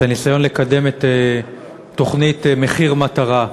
הניסיון לקדם את התוכנית "מחיר מטרה".